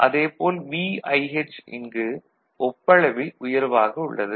அதேபோல் VIH இங்கு ஒப்பளவில் உயர்வாக உள்ளது